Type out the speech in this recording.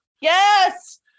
Yes